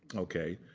ok.